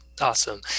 Awesome